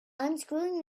unscrewing